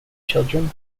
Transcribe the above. children